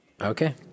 Okay